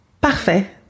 parfait